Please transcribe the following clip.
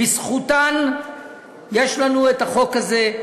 בזכותן יש לנו את החוק הזה.